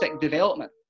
development